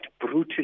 brutally